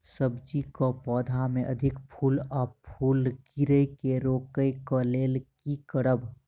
सब्जी कऽ पौधा मे अधिक फूल आ फूल गिरय केँ रोकय कऽ लेल की करब?